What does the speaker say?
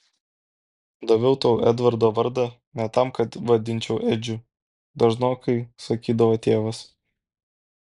daviau tau edvardo vardą ne tam kad vadinčiau edžiu dažnokai sakydavo tėvas